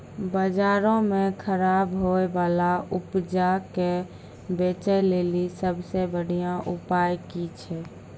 बजारो मे खराब होय बाला उपजा के बेचै लेली सभ से बढिया उपाय कि छै?